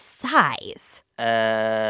size